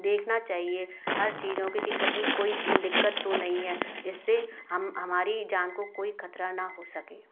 देखना चाहिए हर चीज़ों की कि कहीं कोई दिक्कत तो नहीं है जिससे हम हमारी जान को कोई ख़तरा ना हो सके